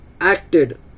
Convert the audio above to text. acted